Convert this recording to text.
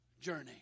journey